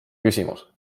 küsimus